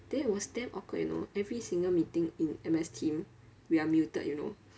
then it was damn awkward you know every single meeting in M_S team we are muted you know